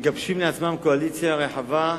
מגבשים לעצמם קואליציה רחבה,